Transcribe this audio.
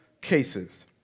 cases